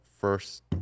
first